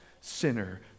sinner